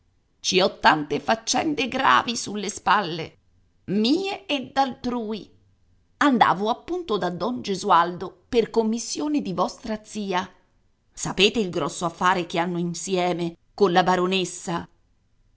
ci ho tante faccende gravi sulle spalle mie e d'altrui andavo appunto da don gesualdo per commissione di vostra zia sapete il grosso affare che hanno insieme colla baronessa